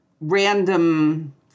random